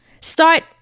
Start